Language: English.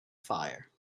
fire